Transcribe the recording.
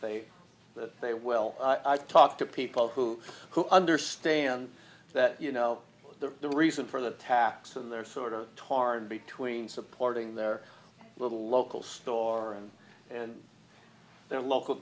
they that they will talk to people who understand that you know the reason for the tax and they're sort of torn between supporting their little local store and their local